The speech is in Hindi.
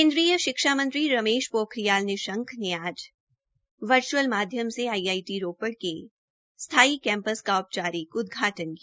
केन्द्रीय शिक्षा मंत्री रमेश पोखरियाल निशंक ने आज वर्च्अल माध्यम से आईआईटी रोपड़ के स्थायी कैम्पस का औपचारिक उदघाटन् किया